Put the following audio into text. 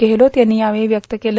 गेहलोत यांनी यावेळी व्यक्त केले